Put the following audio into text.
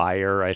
Fire